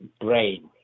brain